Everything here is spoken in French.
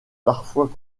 parfois